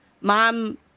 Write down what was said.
mom